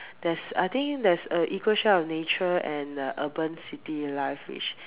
there's I think there's a equal share of nature and uh urban city life which